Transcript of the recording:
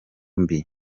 mbi